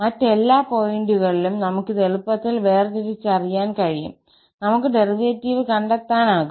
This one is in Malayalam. മറ്റെല്ലാ പോയിന്റുകളിലും നമുക്ക് ഇത് എളുപ്പത്തിൽ വേർതിരിച്ചറിയാൻ കഴിയും നമുക്ക് ഡെറിവേറ്റീവ് കണ്ടെത്താനാകും